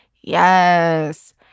Yes